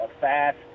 fast